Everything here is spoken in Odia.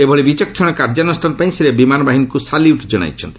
ଏଭଳି ବିଚକ୍ଷଣ କାର୍ଯ୍ୟାନୁଷ୍ଠାନ ପାଇଁ ସେ ବିମାନ ବାହିନୀକୁ ସାଲ୍ୟୁଟ୍ ଜଣାଇଛନ୍ତି